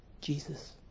Jesus